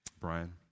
Brian